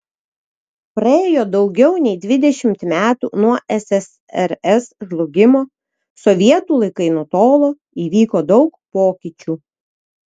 praėjo daugiau nei dvidešimt metų nuo ssrs žlugimo sovietų laikai nutolo įvyko daug pokyčių